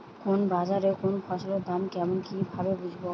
কোন বাজারে কোন ফসলের দাম কেমন কি ভাবে বুঝব?